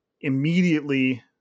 immediately